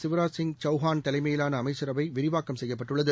சிவராஜ்சிங்சவ்ஹான்தலைமையிலானஅமைச்சரவைவிரிவாக்கம்செய்யப்பட்டுள் ளது